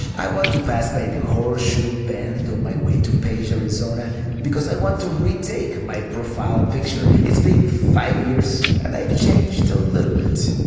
i want to pass by the horseshoe bend on my way to page, arizona because i want to retake my profile picture. it's been five years and i've changed a little bit.